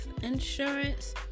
insurance